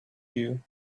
you